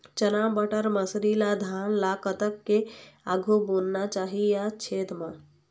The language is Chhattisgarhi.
चना बटर मसरी ला धान ला कतक के आघु बुनना चाही या छेद मां?